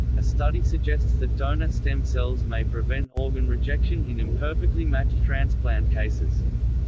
a study suggests that donor stem cells may prevent organ rejection in imperfectly matched transplant cases.